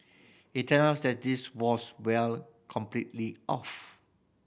it turns out that this was well completely off